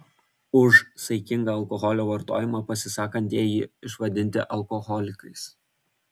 už saikingą alkoholio vartojimą pasisakantieji išvadinti alkoholikais